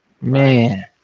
Man